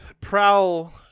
Prowl